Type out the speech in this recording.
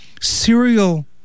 serial—